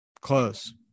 close